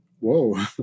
whoa